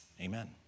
Amen